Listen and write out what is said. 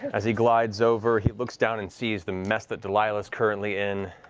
as he glides over, he looks down and sees the mess that delilah's currently in.